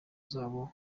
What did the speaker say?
zabo